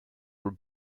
were